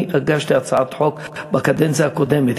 אני הגשתי הצעת חוק בקדנציה הקודמת,